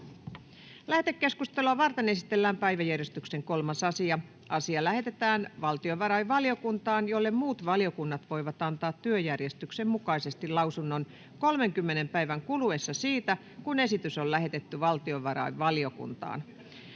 Lähetekeskustelua varten esitellään päiväjärjestyksen 3. asia. Asia lähetetään valtiovarainvaliokuntaan, jolle muut valiokunnat voivat antaa työjärjestyksen mukaisesti lausunnon 30 päivän kuluessa siitä, kun esitys on lähetetty valtiovarainvaliokuntaan.